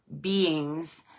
beings